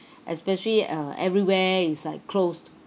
especially uh everywhere is like closed